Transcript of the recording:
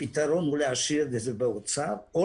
הפתרון הוא להשאיר את הרשות באוצר או